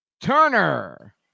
Turner